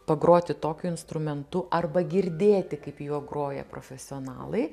pagroti tokiu instrumentu arba girdėti kaip juo groja profesionalai